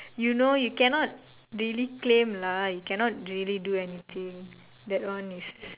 you know you cannot really claim lah you cannot really do anything that one is